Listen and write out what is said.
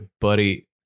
buddy